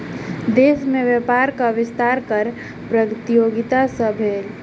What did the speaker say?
देश में व्यापारक विस्तार कर प्रतियोगिता सॅ भेल